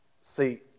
See